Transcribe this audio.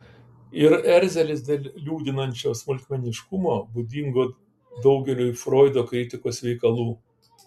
ir erzelis dėl liūdinančio smulkmeniškumo būdingo daugeliui froido kritikos veikalų